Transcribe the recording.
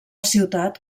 ciutat